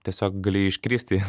tiesiog gali iškristi